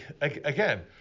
Again